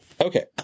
Okay